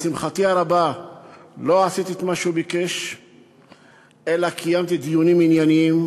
לשמחתי הרבה לא עשיתי את מה שהוא ביקש אלא קיימתי דיונים ענייניים,